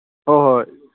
ꯍꯣꯏ ꯍꯣꯏ ꯍꯣꯏ